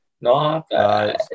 no